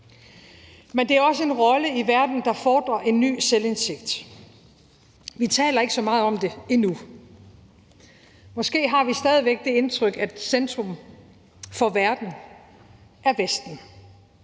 Men det er også en rolle i verden, der fordrer en ny selvindsigt. Vi taler ikke så meget om det endnu. Måske har vi stadig væk det indtryk, at centrum for verden er Vesten